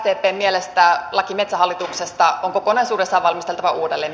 sdpn mielestä laki metsähallituksesta on kokonaisuudessaan valmisteltava uudelleen